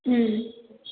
ಹ್ಞೂ